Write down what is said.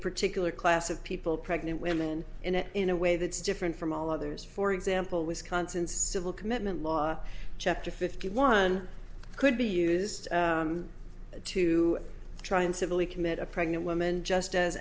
particular class of people pregnant women in a in a way that's different from all others for example wisconsin civil commitment law chapter fifty one could be used to try and civilly commit a pregnant woman just as